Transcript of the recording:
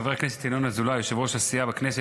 חבר הכנסת ינון אזולאי, יושב-ראש הסיעה בכנסת,